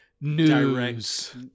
news